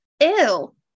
Ew